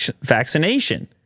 Vaccination